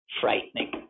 frightening